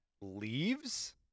Leaves